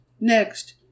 Next